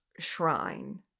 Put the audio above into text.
shrine